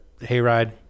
Hayride